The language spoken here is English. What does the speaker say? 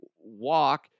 walk